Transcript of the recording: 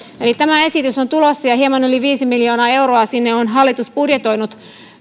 eli tämä esitys on tulossa ja hieman yli viisi miljoonaa euroa sinne on hallitus budjetoinut